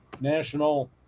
national